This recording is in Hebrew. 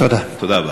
תודה רבה.